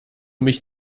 mich